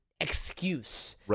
excuse